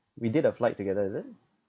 we did a flight together is it